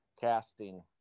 casting